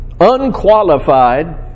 unqualified